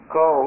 go